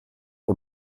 aux